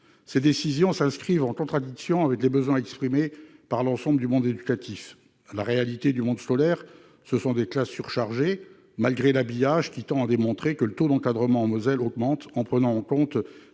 Ces fermetures s'inscrivent en contradiction avec les besoins exprimés par l'ensemble du monde éducatif La réalité du monde scolaire, ce sont des classes surchargées malgré des chiffres qui tendent à démontrer que le taux d'encadrement en Moselle augmente. En effet, on fait de l'habillage